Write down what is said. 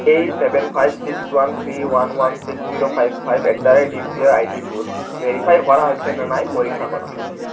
এই seven five six one three one one six zero five five at the rate U P I আইডিটো verify কৰা হৈছেনে নাই পৰীক্ষা কৰক